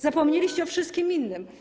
Zapomnieliście o wszystkim innym.